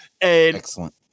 Excellent